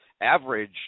Average